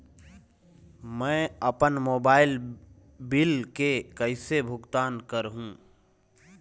मैं अपन mobile bill के कैसे भुगतान कर हूं?